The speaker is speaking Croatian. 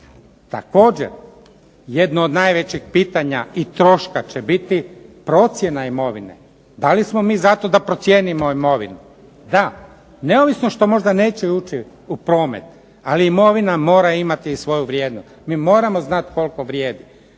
Također jedno od najvećih pitanja i troška će biti procjena imovine. Da li smo mi zato da procijenimo imovinu? Da. neovisno što možda neće ući u promet, ali imovina mora imati svoju vrijednost, mi moramo znati koliko vrijedi,